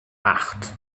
acht